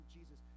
Jesus